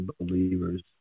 believers